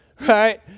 right